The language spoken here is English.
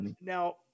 Now